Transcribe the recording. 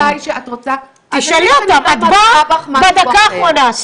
את באה בדקה האחרונה.